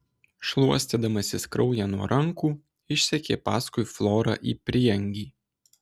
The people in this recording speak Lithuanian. šluostydamasis kraują nuo rankų išsekė paskui florą į prieangį